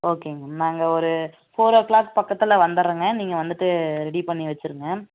ஓகேங்க மேம் நாங்கள் ஒரு ஃபோர் ஓ கிளாக் பக்கத்தில் வந்துடுறோங்க மேம் நீங்கள் வந்துட்டு ரெடி பண்ணி வச்சுருங்க